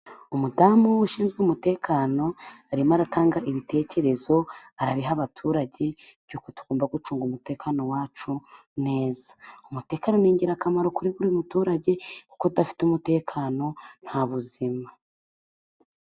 Umudamu ushinzwe umutekano arimo aratanga ibitekerezo arabiha abaturage by'uko tugomba gucunga umutekano wacu neza. Umutekano ni ingirakamaro kuri buri muturage kuko udafite umutekano nta buzima.